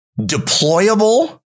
deployable